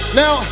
now